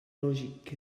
logique